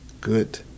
good